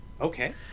Okay